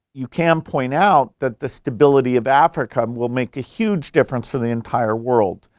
you can point out that the stability of africa will make a huge difference for the entire world.